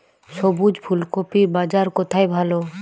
সবুজ ফুলকপির বাজার কোথায় ভালো?